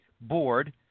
board